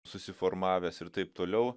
susiformavęs ir taip toliau